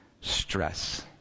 stress